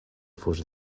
fos